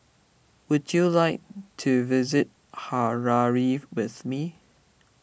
would you like to visit Harare with me